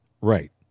Right